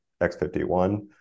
x51